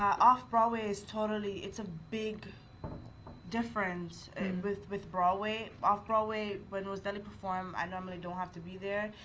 off-broadway is totally, it's a big difference and with with broadway. off-broadway, when rosdely performed, i normally don't have to be there.